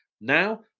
Now